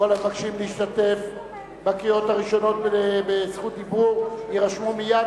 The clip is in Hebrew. כל המבקשים להשתתף בקריאות הראשונות בזכות דיבור יירשמו מייד,